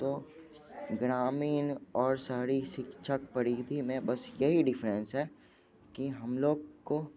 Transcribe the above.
तो ग्रामीण और शहरी शिक्षक परिधि में बस यही डिफ्रेंस है कि हम लोग को